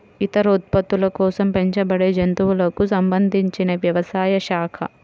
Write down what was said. ఇతర ఉత్పత్తుల కోసం పెంచబడేజంతువులకు సంబంధించినవ్యవసాయ శాఖ